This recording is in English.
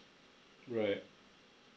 right